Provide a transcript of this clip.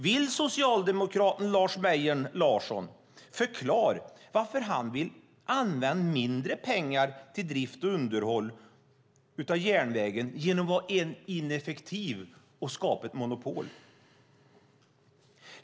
Vill socialdemokraten Lars Mejern Larsson förklara varför han vill använda mindre pengar till drift och underhåll av järnvägen genom att vara ineffektiv och skapa ett monopol?